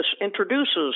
introduces